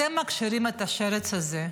אתם מכשירים את השרץ הזה,